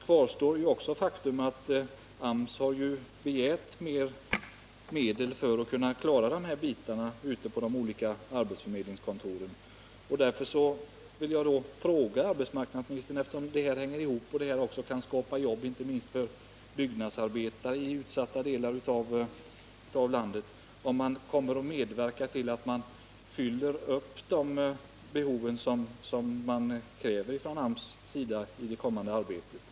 Kvar står också det faktum att AMS har begärt mer medel för att kunna klara de här uppgifterna ute på de olika arbetsförmedlingskontoren. Därför Om Svenska Tovill jag fråga arbetsmarknadsministern — det här är saker som hänger ihop baks AB:s försäljmed varandra, och på detta sätt kan det skapas jobb inte minst för byggnadsarbetare i utsatta delar av landet —om han kommer att medverka till att man i det kommande arbetet tillmötesgår de krav som AMS ställer.